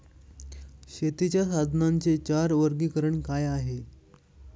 शेतीच्या साधनांचे चार वर्गीकरण काय आहे?